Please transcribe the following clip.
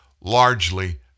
largely